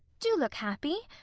do look happy!